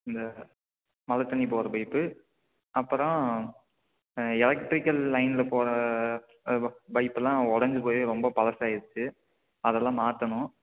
இந்த மழைத்தண்ணி போகிற பைப்பு அப்புறம் எலக்ட்ரிக்கல் லைனில் போகிற பைப்பெல்லாம் உடைஞ்சி போய் ரொம்ப பழசாயிருச்சு அதெலாம் மாற்றணும்